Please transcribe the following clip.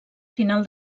final